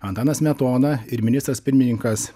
antanas smetona ir ministras pirmininkas